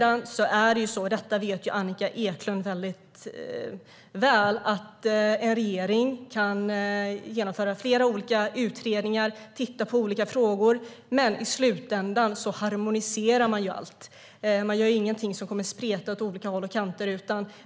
Annika Eclund vet mycket väl att en regering kan genomföra flera olika utredningar och titta på olika frågor. I slutändan harmoniserar man dock allt. Man gör inget som kommer att spreta åt alla håll och kanter.